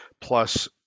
plus